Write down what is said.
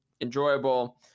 enjoyable